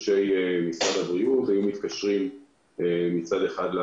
אנשי משרד הבריאות היו מתקשרים לאנשים,